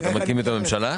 מי בעד פניות 149, 150?